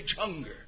hunger